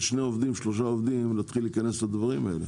שניים-שלושה עובדים להתחיל להיכנס לדברים האלה.